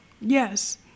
Yes